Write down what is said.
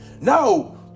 No